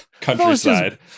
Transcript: countryside